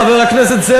חבר הכנסת זאב,